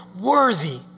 worthy